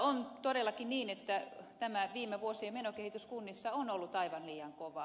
on todellakin niin että viime vuosien menokehitys kunnissa on ollut aivan liian kovaa